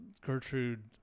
Gertrude